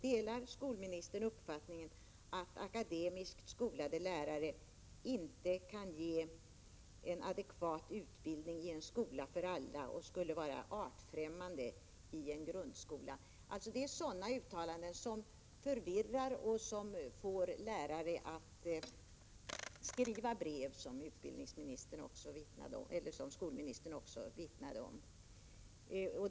Delar skolministern uppfattningen att akademiskt skolade lärare inte kan ge en adekvat utbildning i en skola för alla och att de skulle vara artfrämmande i en grundskola? Det är alltså sådana uttalanden som förvirrar och som får lärare att skriva brev, som skolministern också vittnade om.